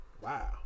wow